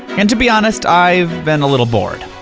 and to be honest, i've been a little bored.